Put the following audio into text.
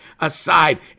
aside